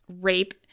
rape